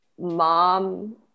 mom